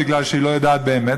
בגלל שהיא לא יודעת באמת,